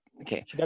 Okay